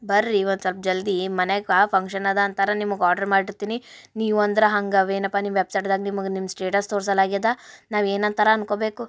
ಬನ್ರಿ ಒಂದು ಸಲ್ಪ ಜಲ್ದಿ ಮನೆಯಾಗೆ ಫಂಕ್ಷನ್ ಅದ ಅಂತ ನಿಮಗೆ ಆರ್ಡ್ರ್ ಮಾಡಿರ್ತೀನಿ ನೀವು ಅಂದ್ರೆ ಹಂಗೆ ಅವೇನಪ್ಪ ನಿಮ್ಮ ವೆಬ್ಸೈಟ್ದಾಗ ನಿಮಗೆ ನಿಮ್ಮ ಸ್ಟೇಟಸ್ ತೋರಿಸಲ್ಲಾಗ್ಯದ ನಾವು ಏನಂತ ಅಂದ್ಕೊಬೇಕು